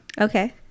Okay